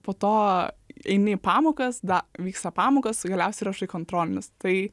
po to eini į pamokas da vyksta pamokos galiausiai rašai kontrolinius tai